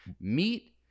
Meat